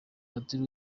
padiri